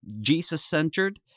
Jesus-centered